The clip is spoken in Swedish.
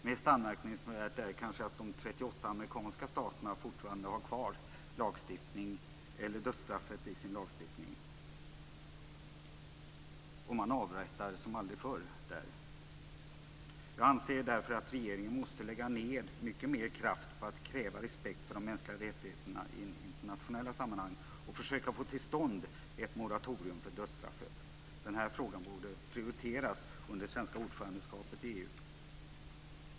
Mest anmärkningsvärt är det kanske att de 38 amerikanska staterna fortfarande har kvar dödsstraffet i sin lagstiftning, och man avrättar som aldrig förr. Jag anser därför att regeringen måste lägga ned mycket mer kraft på att kräva respekt för de mänskliga rättigheterna i internationella sammanhang och försöka att få till stånd ett moratorium för dödsstraffet. Den här frågan borde prioriteras under det svenska ordförandeskapet i EU.